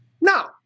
Now